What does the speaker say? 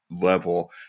level